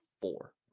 four